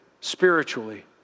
spiritually